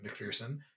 McPherson